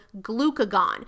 glucagon